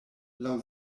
laŭ